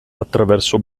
attraverso